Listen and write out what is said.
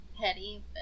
petty